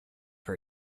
her